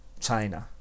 China